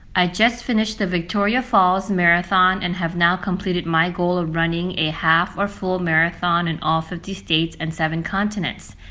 i just finished the victoria falls marathon and have now completed my goal of running a half or full marathon in all fifty states and seven continents.